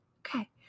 Okay